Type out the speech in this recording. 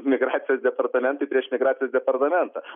migracijos departamentui prieš migracijos departamentą